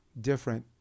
different